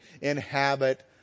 inhabit